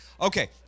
Okay